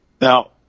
Now